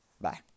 Bye